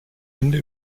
hände